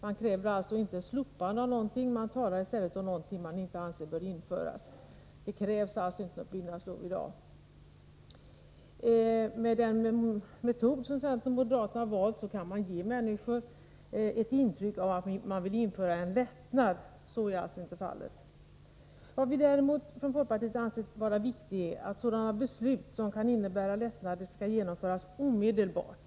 Man kräver alltså inte ett slopande av någonting, man talar i stället om någonting man inte anser bör införas. Det krävs faktiskt inte något byggnadslov i dag. Med den metod centern och moderaterna valt kan man ge människor ett intryck av att man vill införa en lättnad. Så är alltså inte fallet. Vad vi däremot från folkpartiet ansett vara viktigt är att sådana beslut som kan innebära lättnader skall genomföras omedelbart.